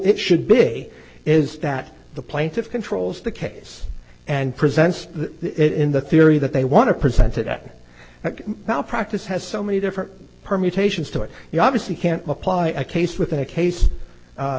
it should be is that the plaintiffs controls the case and presents it in the theory that they want to present it at malpractise has so many different permutations to it you obviously can't apply a case within a case